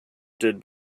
stood